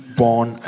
born